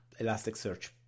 Elasticsearch